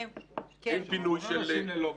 יש הרבה אנשים ללא מיגון,